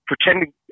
pretending